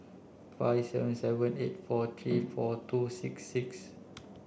five seven seven eight four three four two six six